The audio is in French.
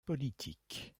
politique